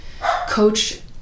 coach